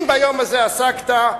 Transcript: אם ביום הזה עסקת,